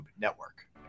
Network